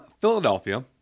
Philadelphia